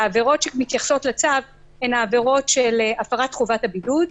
והעבירות שמתייחסות לצו הן העבירות של הפרת חובת הבידוד,